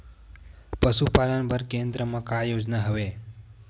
पशुपालन बर केन्द्र म का योजना हवे?